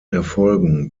erfolgen